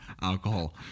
alcohol